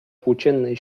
płóciennej